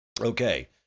Okay